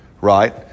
right